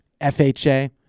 FHA